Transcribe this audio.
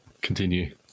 continue